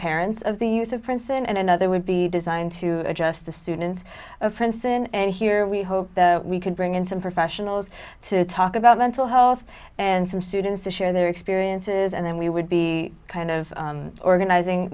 parents of the youth of princeton and another would be designed to adjust the students of princeton and here we hope we could bring in some professionals to talk about mental health and some students to share their experiences and then we would be kind of organizing